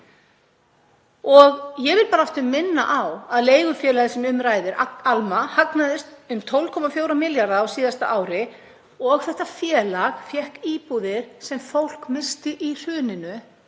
Ég vil aftur minna á að leigufélagið sem um ræðir, Alma, hagnaðist um 12,4 milljarða á síðasta ári og þetta félag fékk íbúðir sem fólk missti í hruninu.